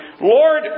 Lord